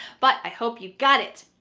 but i hope you got it.